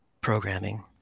programming